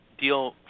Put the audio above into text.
deal